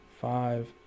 five